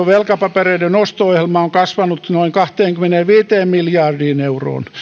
velkapapereiden osto ohjelma on kasvanut noin kahteenkymmeneenviiteen miljardiin euroon